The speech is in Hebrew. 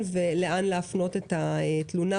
ולאן להפנות את התלונה.